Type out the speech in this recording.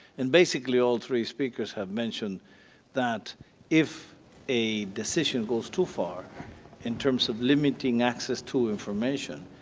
and basically, all three speakers have mentioned that if a decision goes too far in terms of limiting access to information,